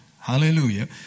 Hallelujah